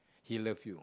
he love you